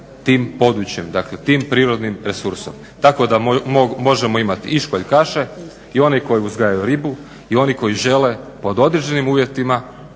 tim područjem, dakle tim prirodnim resursom tako da možemo imati i školjkaše i one koji uzgajaju ribu i oni koji žele pod određenim uvjetima